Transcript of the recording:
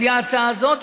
לפי ההצעה הזאת,